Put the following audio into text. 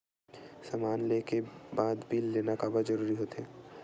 समान ले के बाद बिल लेना काबर जरूरी होथे?